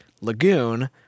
lagoon